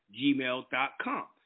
gmail.com